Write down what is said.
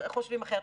חושבים אחרת.